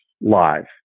live